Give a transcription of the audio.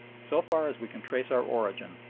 so far as we can trace our origin,